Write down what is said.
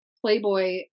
Playboy